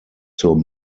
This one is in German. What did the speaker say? zur